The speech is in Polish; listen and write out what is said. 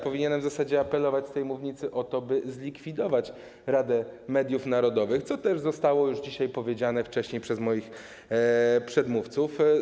Powinienem w zasadzie apelować z tej mównicy o to, by zlikwidować Radę Mediów Narodowych, co też zostało już dzisiaj wcześniej powiedziane przez moich przedmówców.